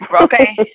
okay